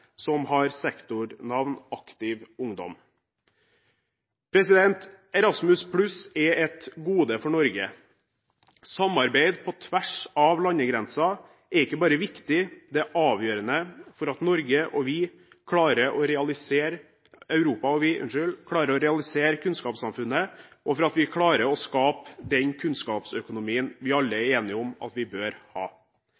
som har sektornavnet Aktiv Ungdom. Erasmus+ er et gode for Norge. Samarbeid på tvers av landegrenser er ikke bare viktig, det er avgjørende for at Europa og vi skal klare å realisere kunnskapssamfunnet, og for at vi skal klare å skape den kunnskapsøkonomien vi alle